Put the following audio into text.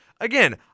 again